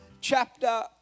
chapter